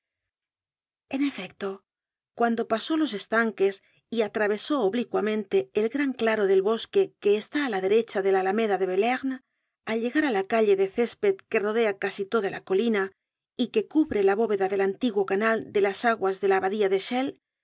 en efecto cuando pasó los estanques y atravesó oblicuamente el gran claro del bosque que está á la derecha de la alameda de bellerne al llegar á la calle de césped que rodea casi toda la colina y que cubre la bóveda del antiguo canal de las aguas de la abadia de chelles